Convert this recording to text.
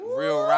real